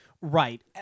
Right